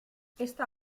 está